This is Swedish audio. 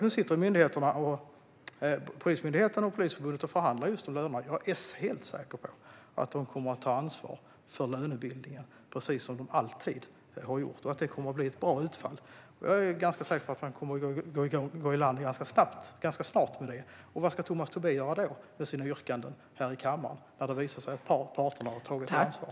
Nu sitter Polismyndigheten och Polisförbundet och förhandlar om lönerna. Jag är helt säker på att de kommer att ta ansvar för lönebildningen, precis som de alltid har gjort, och att utfallet kommer att bli bra. Jag är ganska säker på att de ganska snart kommer att gå i land med detta. Vad ska Tomas Tobé göra med sina yrkanden här i kammaren när det visar sig att parterna redan har tagit ansvar?